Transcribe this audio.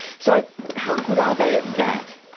so how good are they at that?